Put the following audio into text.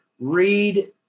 read